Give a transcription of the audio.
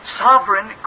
sovereign